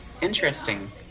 interesting